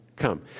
come